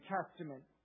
Testament